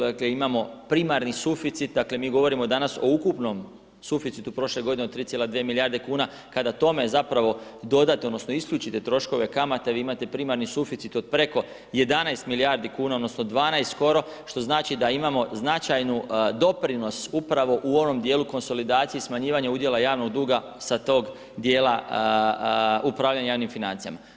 Dakle, imamo primarni suficit, dakle, mi govorimo danas o ukupnom suficitu prošle godine od 3,2 milijarde kuna kada tome zapravo dodate odnosno isključite troškove kamata, vi imate primarni suficit od preko 11 milijardi kuna odnosno 12 skoro, što znači da imamo značajnu doprinos upravo u onom dijelu konsolidacije i smanjivanja udjela javnog duga sa toga dijela upravljanja javnim financijama.